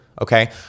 Okay